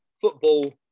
football